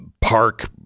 Park